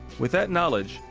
with that knowledge,